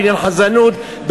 בעניין חזנות,